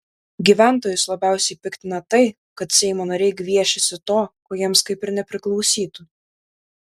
gyventojus labiausiai piktina tai kad seimo nariai gviešiasi to ko jiems kaip ir nepriklausytų